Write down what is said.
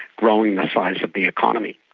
growing the size of the economy.